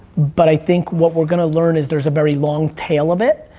but i think what we're gonna learn is, there's a very long tail of it,